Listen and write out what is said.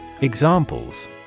Examples